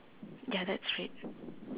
ya that's straight